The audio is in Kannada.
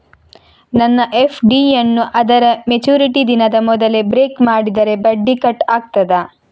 ನನ್ನ ಎಫ್.ಡಿ ಯನ್ನೂ ಅದರ ಮೆಚುರಿಟಿ ದಿನದ ಮೊದಲೇ ಬ್ರೇಕ್ ಮಾಡಿದರೆ ಬಡ್ಡಿ ಕಟ್ ಆಗ್ತದಾ?